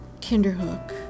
Kinderhook